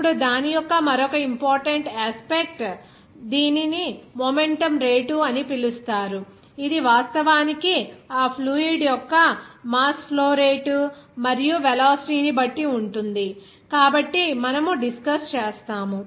ఇప్పుడు దాని యొక్క మరొక ఇంపార్టెంట్ యాస్పెక్ట్ దీనిని మొమెంటం రేటు అని పిలుస్తారు ఇది వాస్తవానికి ఆ ఫ్లూయిడ్ యొక్క మాస్ ఫ్లో రేటు మరియు వెలాసిటీ ని బట్టి ఉంటుంది కాబట్టి మనము డిస్కస్ చేస్తాము